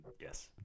yes